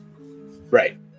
Right